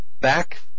back